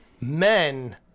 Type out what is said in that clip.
men